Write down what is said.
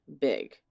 big